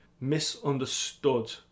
misunderstood